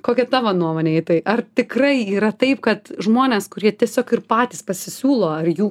kokia tavo nuomonė į tai ar tikrai yra taip kad žmonės kurie tiesiog ir patys pasisiūlo ar jų